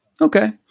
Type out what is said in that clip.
Okay